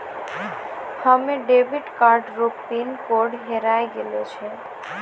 हमे debit card रो pin code हेराय गेलो छै